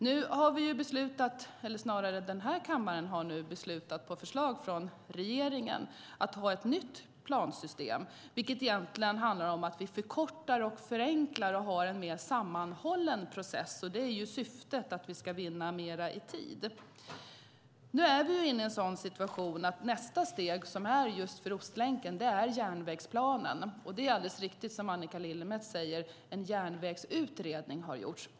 Nu har den här kammaren på förslag från regeringen beslutat om ett nytt plansystem, vilket egentligen handlar om att vi förkortar, förenklar och har en mer sammanhållen process. Syftet är att vinna tid. Nu är situationen sådan att nästa steg för Ostlänken är järnvägsplanen. Som Annika Lillemets säger har det gjorts en järnvägsutredning.